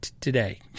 today